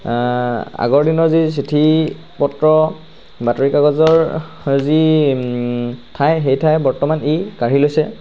আগৰ দিনৰ যি চিঠি পত্ৰ বাতৰি কাকতৰ যি ঠাই সেই ঠাই বৰ্তমান ই কাঢ়ি লৈছে